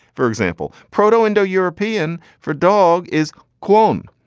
for example. proto-indo-european for dog is clone.